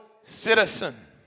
citizen